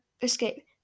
escape